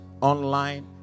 online